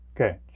Okay